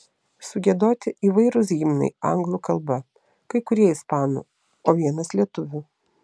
sugiedoti įvairūs himnai anglų kalba kai kurie ispanų o vienas lietuvių